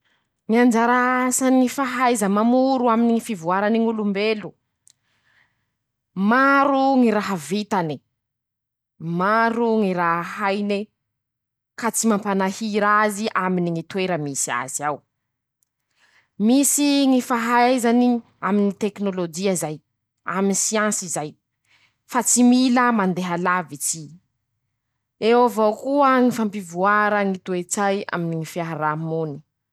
Ñy anjara asany fahaiza mamoro aminy ñy fivoarany ñ'olombelo. Maro ñy raha vitany, maro ñy raha hainy ka tsy mampanahira azy aminy ñy toera misy azy ao. Misy ñy fahaizany aminy ñy tekinôlôjia zay, aminy siansa zay, fa tsy mila mandeha lavitsyy. Eo avao koa ñy fampivoara ñy toetsay aminy ñy fiaramonia.